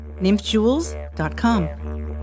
nymphjewels.com